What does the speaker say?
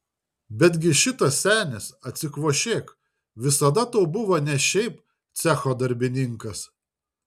betgi šitas senis atsikvošėk visada tau buvo ne šiaip cecho darbininkas